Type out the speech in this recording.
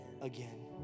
again